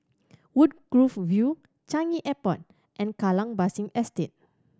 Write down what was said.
Woodgrove View Changi Airport and Kallang Basin Estate